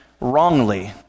wrongly